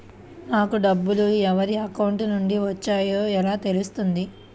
నాకు డబ్బులు ఎవరి అకౌంట్ నుండి వచ్చాయో ఎలా తెలుస్తుంది?